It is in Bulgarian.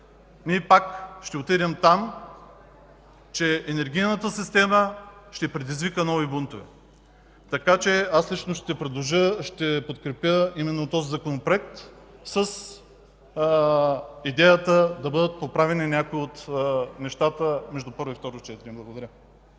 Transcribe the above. пак ще отидем там, че енергийната система ще предизвика нови бунтове. Аз лично ще подкрепя именно този законопроект с идеята да бъдат поправени някои от нещата между първо и второ четене. Благодаря.